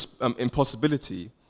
impossibility